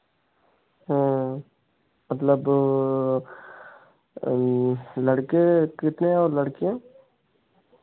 हाँ मतलब लड़के कितने और लड़कियाँ